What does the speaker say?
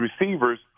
receivers